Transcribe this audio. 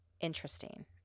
interesting